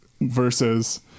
versus